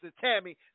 Tammy